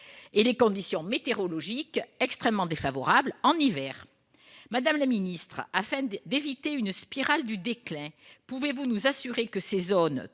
que les conditions météorologiques sont extrêmement défavorables en hiver. Madame la secrétaire d'État, afin d'éviter une spirale du déclin, pouvez-vous nous assurer que ces zones,